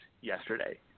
yesterday